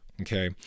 okay